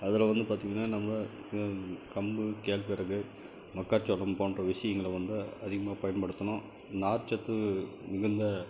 அதில் வந்து பார்த்தீங்கன்னா நம்ம கம்பு கேழ்வரகு மக்காசோளம் போன்ற விஷயங்கள வந்து அதிகமாக பயன்படுத்தணும் நார்ச்சத்து மிகுந்த